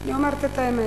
אני אומרת את האמת,